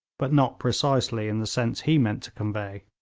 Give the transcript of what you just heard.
but not precisely in the sense he meant to convey.